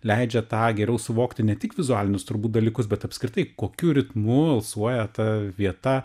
leidžia tą geriau suvokti ne tik vizualinius turbūt dalykus bet apskritai kokiu ritmu alsuoja ta vieta